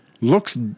looks